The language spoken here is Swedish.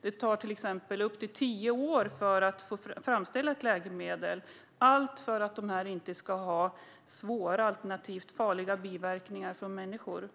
Det tar till exempel upp till tio år att framställa ett läkemedel, allt för att de inte ska ha svåra alternativt farliga biverkningar för människor.